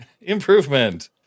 Improvement